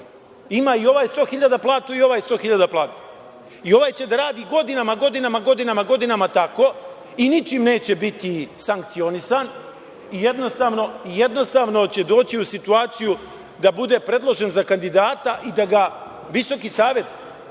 ima i ovaj 100 hiljada platu i ovaj 100 hiljada platu, i ovaj će da radi godinama, godinama tako, i ničim neće biti sankcionisan, i jednostavno, će doći u situaciju da bude predložen za kandidata i da ga Visoki savet